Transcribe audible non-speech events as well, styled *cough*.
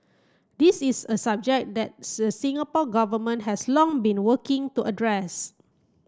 this is a subject that *unintelligible* Singapore Government has long been working to address